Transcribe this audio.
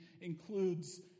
includes